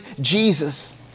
Jesus